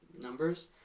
numbers